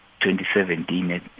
2017